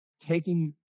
taking